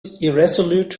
irresolute